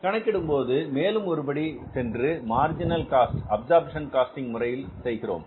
கணக்கிடும்போது மேலும் ஒரு படி சென்று மார்ஜினல் காஸ்ட் அப்சர்ப்ஷன் காஸ்டிங் முறையில் செய்கிறோம்